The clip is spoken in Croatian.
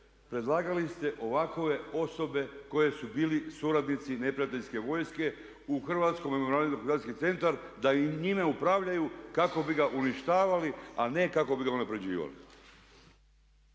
predlagali ste ovakve osobe koji su bili suradnici neprijateljske vojske u Hrvatsko memorijalno dokumentacijski centar da i njime upravljaju kako bi ga uništavali a ne kako bi ga unapređivali.